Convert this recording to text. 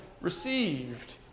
received